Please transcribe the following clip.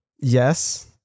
Yes